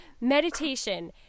Meditation